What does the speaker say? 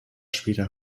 später